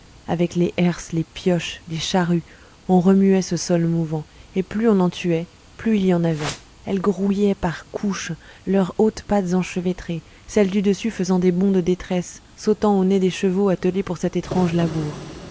avec les herses les pioches les charrues on remuait ce sol mouvant et plus on en tuait plus il y en avait elles grouillaient par couches leurs hautes pattes enchevêtrées celles du dessus faisant des bonds de détresse sautant au nez des chevaux attelés pour cet étrange labour